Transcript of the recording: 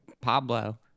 Pablo